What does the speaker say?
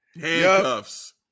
handcuffs